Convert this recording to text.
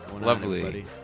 Lovely